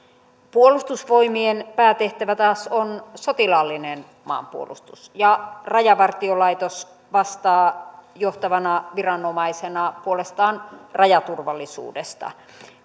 puolustusvoimien päätehtävä taas on sotilaallinen maanpuolustus ja rajavartiolaitos vastaa johtavana viranomaisena puolestaan rajaturvallisuudesta